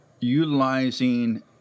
utilizing